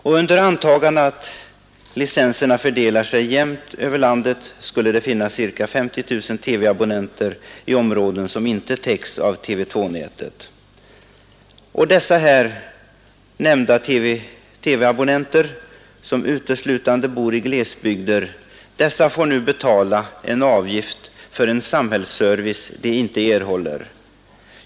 Om vi antar att licenserna fördelar sig jämnt över landet skulle det finnas ca 50 000 TV-abonnenter i områden som "inte täcks av TV 2-nätet. De nämnda TV-abonnenterna, som uteslutande bor i glesbygder, får betala avgift för en samhällsservice som de inte erhåller.